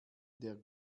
der